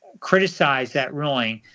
criticized that ruling,